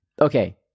okay